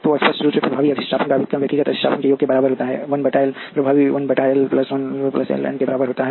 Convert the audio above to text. तो स्पष्ट रूप से प्रभावी अधिष्ठापन का व्युत्क्रम व्यक्तिगत अधिष्ठापन के योग के बराबर होता है 1 बटा एल प्रभावी 1 बटा एल 1 1 बटा एल 2 1 एल एन के बराबर होता है